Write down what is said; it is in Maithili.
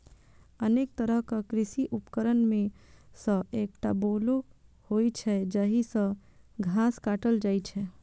अनेक तरहक कृषि उपकरण मे सं एकटा बोलो होइ छै, जाहि सं घास काटल जाइ छै